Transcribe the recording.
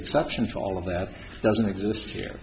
exceptions all of that doesn't exist here